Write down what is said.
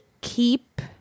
keep